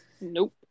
Nope